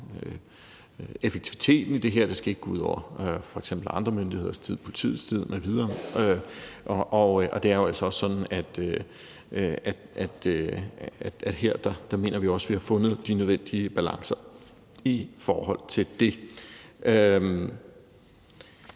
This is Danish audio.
effektiviteten i det her. Det skal ikke gå ud over f.eks. andre myndigheders tid, politiets tid m.v. Og det er jo altså sådan, at vi også her mener, at vi har fundet de nødvendige balancer i forhold til det.